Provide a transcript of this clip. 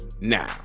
Now